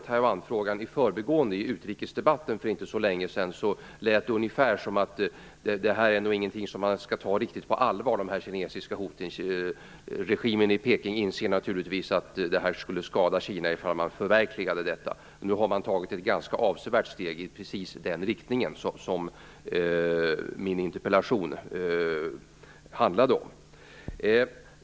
Taiwanfrågan i utrikesdebatten för inte så länge sedan lät det ungefär som att man inte skall ta de kinesiska hoten riktigt på allvar - regimen i Peking inser naturligtvis att det skulle skada Kina ifall man förverkligade dem. Man har nu tagit ett ganska avsevärt steg i precis den riktning som angavs i min interpellation.